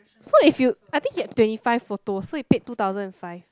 so if you I think he had twenty five photos so it take two thousand and five